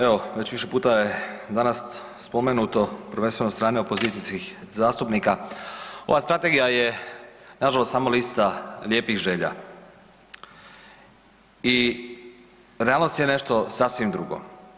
Evo, već više puta je danas spomenuto, prvenstveno od strane opozicijskih zastupnika, ova strategija je nažalost samo lista lijepih želja i realnost je nešto sasvim drugo.